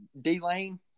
D-Lane